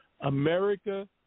America